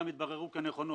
והתבררו כנכונות.